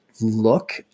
look